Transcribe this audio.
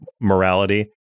morality